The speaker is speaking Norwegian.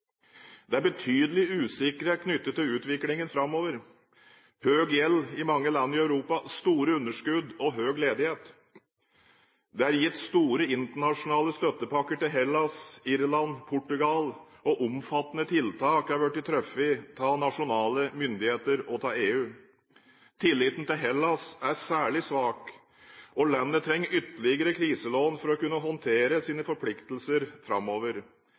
Det er betydelig usikkerhet knyttet til utviklingen framover, med høy gjeld i mange land i Europa, store underskudd og høy ledighet. Det er gitt store internasjonale støttepakker til Hellas, Irland og Portugal, og omfattende tiltak har vært truffet av nasjonale myndigheter og av EU. Tilliten til Hellas er særlig svak. Og landet trenger ytterligere kriselån for å kunne håndtere sine forpliktelser framover.